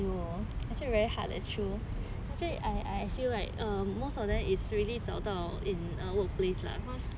!aiyo! actually very hard that's true that's why I I feel like err most of them it's really 找到 in a workplace lah cause